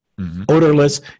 odorless